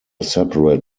separate